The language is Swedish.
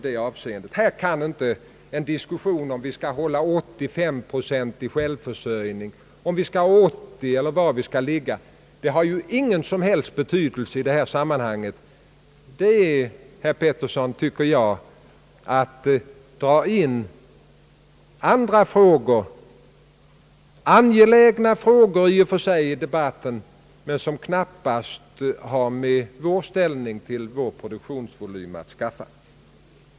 Om vi i vårt land skall hålla 8a-procentig eller 80-procentig självförsörjning eller var gränsen skall ligga har ju ingen som helst betydelse i detta sammanhang. Att tala om u-länderna, herr Pettersson, tycker jag är att i debatten dra in andra frågor, i och för sig angelägna frågor men frågor som knappast har med vår produktionsvolym att skaffa.